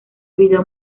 video